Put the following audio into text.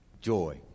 Joy